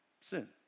sin